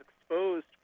exposed